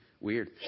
weird